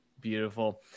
Beautiful